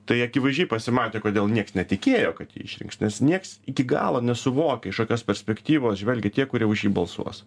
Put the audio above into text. tai akivaizdžiai pasimatė kodėl nieks netikėjo kad jį išrinks nes nieks iki galo nesuvokė iš kokios perspektyvos žvelgia tie kurie už jį balsuos